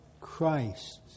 Christ